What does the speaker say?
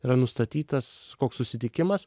yra nustatytas susitikimas